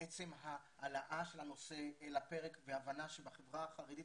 מעצם ההעלאה של הנושא על הפרק וההבנה שבחברה החרדית